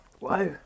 Wow